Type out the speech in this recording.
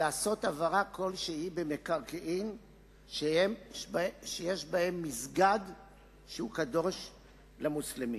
לעשות העברה כלשהי במקרקעין שיש בהם מסגד שהוא קדוש למוסלמים.